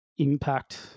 impact